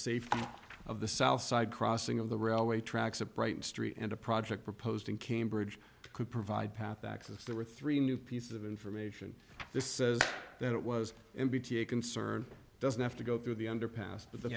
safety of the south side crossing of the railway tracks a bright street and a project proposed in cambridge could provide path access there were three new pieces of information this says that it was in bt a concern doesn't have to go through the underpass but the